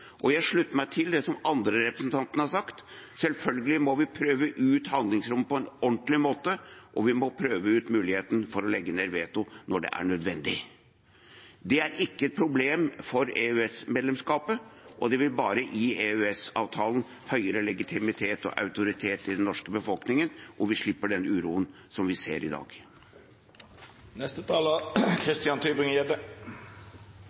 og jeg slutter meg til det som de andre representantene har sagt: Selvfølgelig må vi prøve ut handlingsrom på en ordentlig måte, og vi må prøve ut muligheten for å legge ned veto når det er nødvendig. Det er ikke et problem for EØS-medlemskapet, og det vil bare gi EØS-avtalen høyere legitimitet og autoritet i den norske befolkningen, og vi slipper den uroen som vi ser i